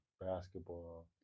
Basketball